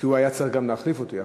כי הוא היה צריך גם להחליף אותי.